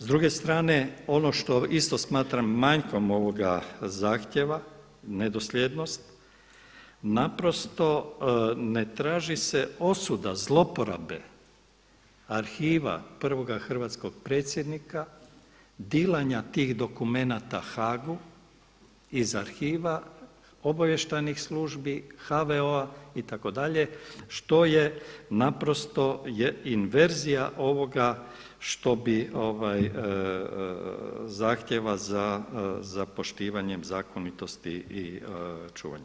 S druge strane ono što isto smatram manjkom ovoga zahtjeva, nedosljednost naprosto ne traži se osuda zlouporabe arhiva prvoga hrvatskog predsjednika, dilanja tih dokumenata Haagu iz arhiva obavještajnih službi, HVO-a itd. što je naprosto inverzija ovoga što bi zahtjeva za poštivanjem zakonitosti i čuvanja.